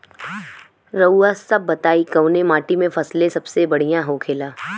रउआ सभ बताई कवने माटी में फसले सबसे बढ़ियां होखेला?